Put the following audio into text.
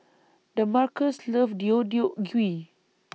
Damarcus loves Deodeok Gui